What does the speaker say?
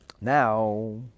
Now